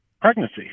pregnancy